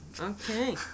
Okay